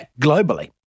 globally